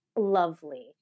lovely